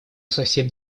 совсем